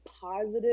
positive